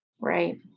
right